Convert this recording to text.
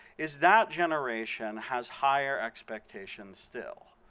is that generation has higher expectations still.